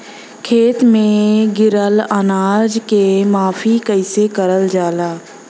खेत में गिरल अनाज के माफ़ी कईसे करल जाला?